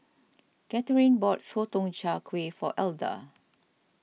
Katharine bought Sotong Char Kway for Elda